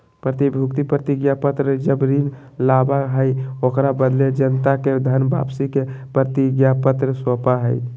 प्रतिभूति प्रतिज्ञापत्र जब ऋण लाबा हइ, ओकरा बदले जनता के धन वापसी के प्रतिज्ञापत्र सौपा हइ